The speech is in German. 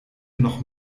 noch